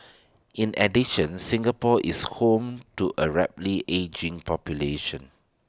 in addition Singapore is home to A rapidly ageing population